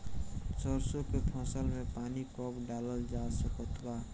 सरसों के फसल में पानी कब डालल जा सकत बा?